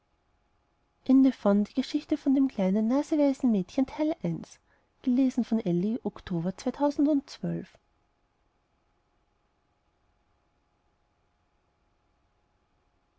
die geschichte von dem kleinen naseweisen mädchen